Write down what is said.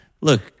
look